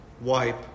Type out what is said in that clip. wipe